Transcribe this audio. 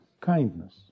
kindness